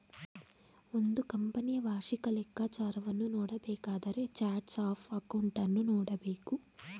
ಒಂದು ಕಂಪನಿಯ ವಾರ್ಷಿಕ ಲೆಕ್ಕಾಚಾರವನ್ನು ನೋಡಬೇಕಾದರೆ ಚಾರ್ಟ್ಸ್ ಆಫ್ ಅಕೌಂಟನ್ನು ನೋಡಬೇಕು